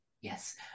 yes